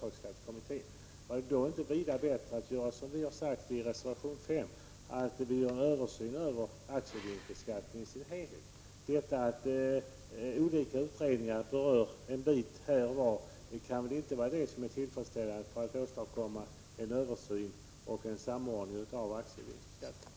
Vore det inte vida bättre att göra så som vi har sagt i reservation 5, se till att det blir en översyn av aktiebeskattningen i dess helhet? Att olika utredningar berör en bit här och var kan inte vara en tillfredsställande metod för att åstadkomma en översyn och samordning av aktievinstbeskattningen.